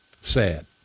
Sad